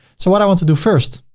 so what i want to do first,